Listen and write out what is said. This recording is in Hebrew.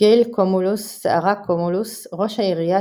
גייל קומולוס / סערה קומולוס – ראש העירייה